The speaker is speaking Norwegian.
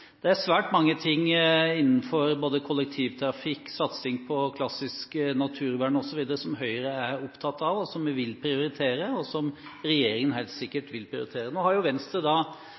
Det er svært mange ting innenfor kollektivtrafikk, satsing på klassisk naturvern osv. som Høyre er opptatt av, og som vi vil prioritere, og som regjeringen helt sikkert vil prioritere. Venstre har valgt å stå utenfor regjeringen og inngått en samarbeidsavtale. Hadde Venstre